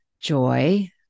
joy